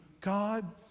God